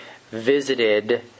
visited